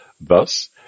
Thus